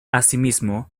asimismo